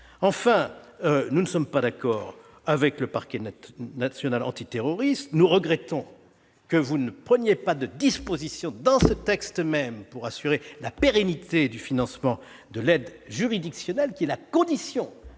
Enfin, nous ne sommes pas d'accord avec le parquet national antiterroriste et nous regrettons que ce texte ne contienne pas de disposition pour assurer la pérennité du financement de l'aide juridictionnelle, qui est la condition